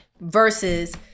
versus